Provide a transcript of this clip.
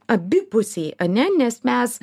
abipusiai ane nes mes